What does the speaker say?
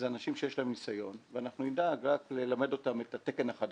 מדובר באנשים שיש להם ניסיון ואנחנו נדאג ללמד אותם את התקן החדש,